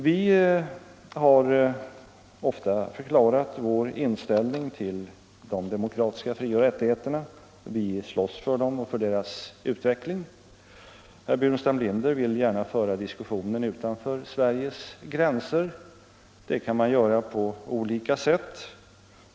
Vi har ofta förklarat vår inställning till de demokratiska frioch rättigheterna. Vi kämpar för dem och för deras utveckling. Herr Burenstam Linder vill gärna föra ut diskussionen utanför Sveriges gränser. Det kan man göra på olika sätt.